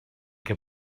que